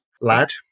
lad